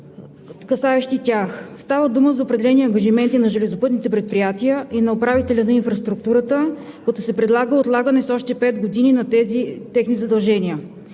касаещи тях. Става дума за определени ангажименти на железопътните предприятия и на управителя на инфраструктурата, като се предлага отлагане с още пет години на тези техни задължения.